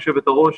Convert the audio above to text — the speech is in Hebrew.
יושבת-הראש,